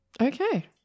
Okay